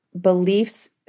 beliefs